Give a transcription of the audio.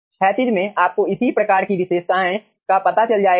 क्षैतिज में आपको इसी प्रकार की विशेषताएं का पता चल जाएगा